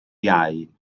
iau